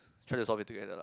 try to solve it together lah